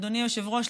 אדוני היושב-ראש,